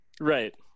Right